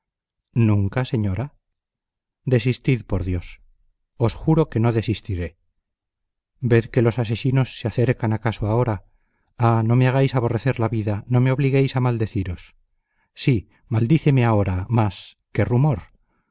nunca señora desistid por dios os juro que no desistiré ved que los asesinos se acercan acaso ahora ah no me hagáis aborrecer la vida no me obliguéis a maldeciros sí maldíceme ahora mas qué rumor